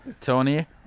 Tony